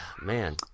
Man